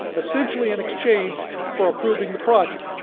essentially in exchange for approving the project.